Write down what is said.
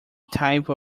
type